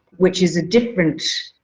which is a different,